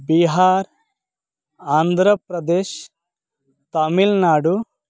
Bihar Andhra Pradesh Tamil Nadu